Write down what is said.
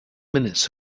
minutes